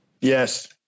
Yes